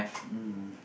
mm